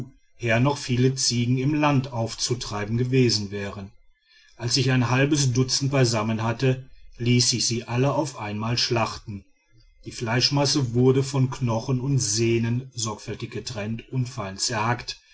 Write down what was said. her noch viele ziegen im land aufzutreiben gewesen wären als ich ein halbes dutzend beisammen hatte ließ ich sie alle auf einmal schlachten die fleischmasse wurde von knochen und sehnen sorgfältig getrennt und